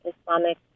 Islamic